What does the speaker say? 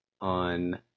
on